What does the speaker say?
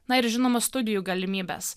na ir žinoma studijų galimybės